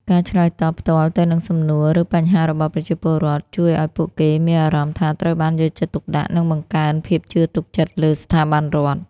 ការឆ្លើយតបផ្ទាល់ទៅនឹងសំណួរ ឬបញ្ហារបស់ប្រជាពលរដ្ឋ ជួយឲ្យពួកគេមានអារម្មណ៍ថាត្រូវបានយកចិត្តទុកដាក់ និងបង្កើនភាពជឿទុកចិត្តលើស្ថាប័នរដ្ឋ។